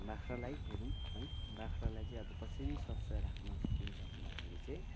बाख्रालाई हेरौँ है बाख्रालाई चाहिँ अब कसरी स्वास्थ्य राख्न सकिन्छ भन्दाखेरि चाहिँ